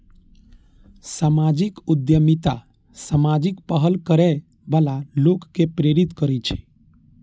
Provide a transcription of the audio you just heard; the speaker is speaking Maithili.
सामाजिक उद्यमिता सामाजिक पहल करै बला लोक कें प्रेरित करै छै